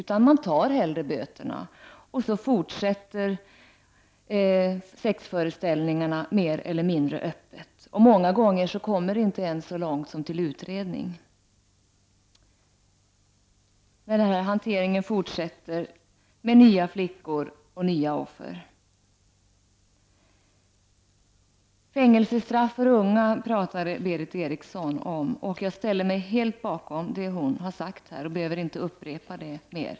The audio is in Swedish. Människor accepterar att betala böter, och så fortsätter sexföreställningarna mer eller mindre öppet. Många gånger kommer ärendena inte ens så långt så att de blir utredda. Den här hanteringen fortsätter med nya flickor och nya offer. Fängelsestraff för unga talade Berith Eriksson om. Jag ställer mig helt bakom det hon har sagt här.